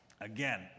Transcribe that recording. Again